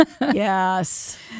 Yes